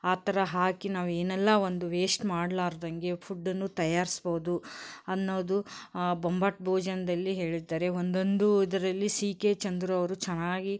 ಆ ಥರ ಹಾಕಿ ನಾವೇನೆಲ್ಲ ಒಂದು ವೇಶ್ಟ್ ಮಾಡಲಾರ್ದಂಗೆ ಫುಡ್ಡನ್ನು ತಯಾರಿಸ್ಬೋದು ಅನ್ನೋದು ಬೊಂಬಾಟ್ ಭೋಜನದಲ್ಲಿ ಹೇಳಿದ್ದಾರೆ ಒಂದೊಂದು ಇದರಲ್ಲಿ ಸಿ ಕೆ ಚಂದ್ರು ಅವರು ಚೆನ್ನಾಗಿ